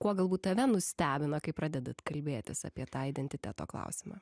kuo galbūt tave nustebina kai pradedat kalbėtis apie tą identiteto klausimą